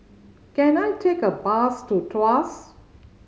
can I take a bus to Tuas